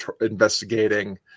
investigating